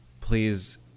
please